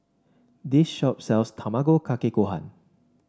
this shop sells Tamago Kake Gohan